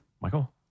Michael